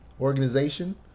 organization